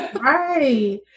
Right